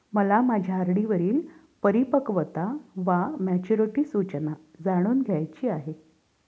मला माझ्या आर.डी वरील परिपक्वता वा मॅच्युरिटी सूचना जाणून घ्यायची आहे